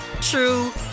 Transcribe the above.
true